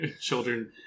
children